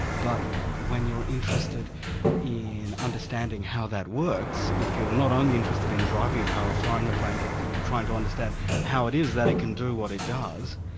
but when you're interested in understanding how that works if you're not only interested in driving a car or flying a plane but trying to understand how it is that it can do what it does,